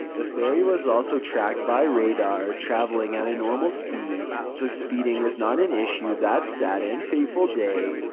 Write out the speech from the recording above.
the ferry was also tracked by radar, traveling at a normal speed, so speeding was not an issue that sad and fateful day.